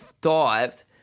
dived –